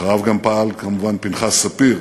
אחריו גם פעל, כמובן, פנחס ספיר.